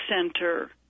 center